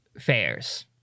fares